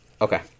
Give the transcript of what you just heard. Okay